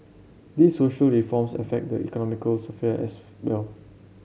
these social reforms affect the economic sphere as well